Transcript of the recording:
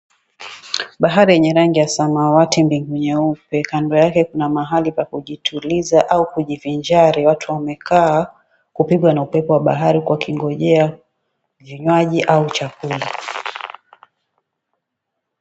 Bahari yenye rangi ya samawati, mbingu nyeupe, kando yake kuna mahali pakujituliza au kujivinjari, watu wamekaa, kupigwa na upepo wa bahari, wakiinjoa vinywaji au chakula.